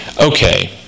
Okay